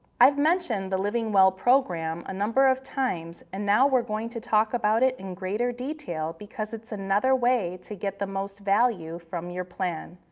i've mentioned the livingwell program a number of times and now we're going to talk about it in greater detail because it's another way to get the most value from your plan.